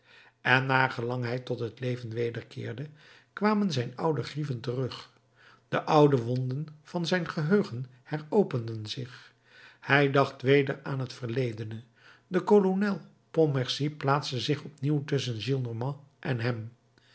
en naar gelang hij tot het leven wederkeerde kwamen zijn oude grieven terug de oude wonden van zijn geheugen heropenden zich hij dacht weder aan het verledene de kolonel pontmercy plaatste zich opnieuw tusschen gillenormand en hem